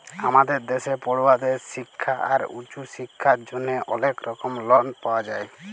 আমাদের দ্যাশে পড়ুয়াদের শিক্খা আর উঁচু শিক্খার জ্যনহে অলেক রকম লন পাওয়া যায়